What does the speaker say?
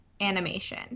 animation